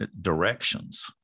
directions